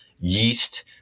yeast